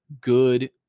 good